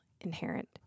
inherent